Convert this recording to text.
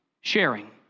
sharing